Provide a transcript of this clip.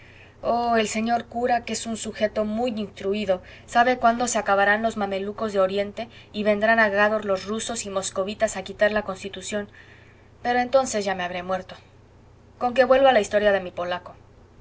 oh el señor cura que es un sujeto muy instruido sabe cuándo se acabarán los mamelucos de oriente y vendrán a gádor los rusos y moscovitas a quitar la constitución pero entonces ya me habré yo muerto conque vuelvo a la historia de mi polaco